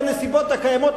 בנסיבות הקיימות,